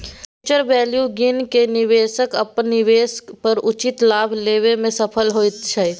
future value गिन केँ निबेशक अपन निबेश पर उचित लाभ लेबा मे सफल होइत छै